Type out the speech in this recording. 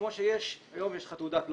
כמו שהיום יש לך תעודת לוחם,